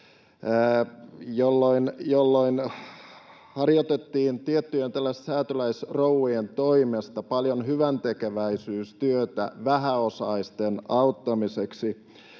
jolloin harjoitettiin tiettyjen säätyläisrouvien toimesta paljon hyväntekeväisyystyötä vähäosaisten auttamiseksi.